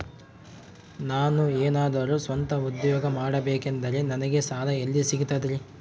ನಾನು ಏನಾದರೂ ಸ್ವಂತ ಉದ್ಯೋಗ ಮಾಡಬೇಕಂದರೆ ನನಗ ಸಾಲ ಎಲ್ಲಿ ಸಿಗ್ತದರಿ?